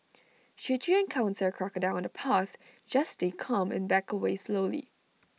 should you encounter crocodile on the path just stay calm and back away slowly